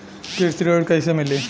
कृषि ऋण कैसे मिली?